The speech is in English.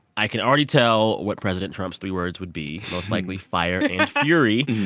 i can already tell what president trump's three words would be. most likely fire and yeah fury.